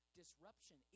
disruption